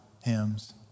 hymns